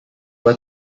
were